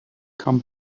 come